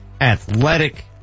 athletic